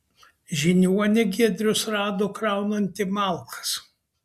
žiniuonį giedrius rado kraunantį malkas